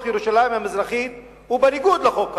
ירושלים המזרחית הוא בניגוד לחוק הבין-לאומי.